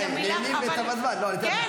הוא גם מחזיק בתיק שאחראי על רם בן ברק.